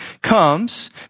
comes